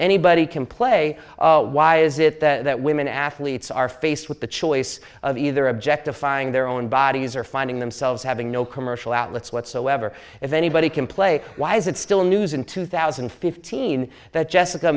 anybody can play why is it that women athletes are faced with the choice of either objectifying their own bodies are finding themselves having no commercial outlets whatsoever if anybody can play why is it still news in two thousand and fifteen that jessica